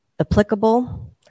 applicable